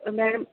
madam